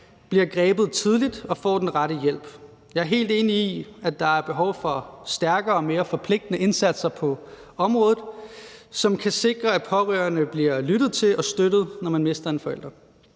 bliver grebet tidligt og får den rette hjælp. Jeg er helt enig i, at der er behov for stærkere og mere forpligtende indsatser på området, som kan sikre, at pårørende bliver lyttet til og støttet, når de mister en forælder.